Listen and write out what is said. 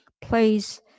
plays